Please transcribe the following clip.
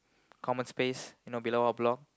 common space you know below our block